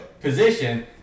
position